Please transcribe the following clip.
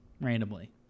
randomly